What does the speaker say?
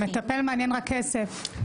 המטפל מעניין רק כסף.